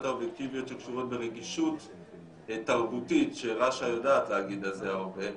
האובייקטיביות שקשורות ברגישות תרבותית שרש"א יודעת להגיד על זה הרבה,